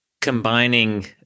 combining